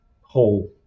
whole